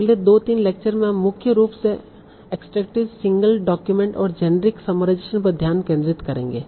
अगले दो तीन लेक्चर में हम मुख्य रूप से एक्स्ट्रेक्टिव सिंगल डॉक्यूमेंट और जेनेरिक समराइजेशेन पर ध्यान केंद्रित करेंगे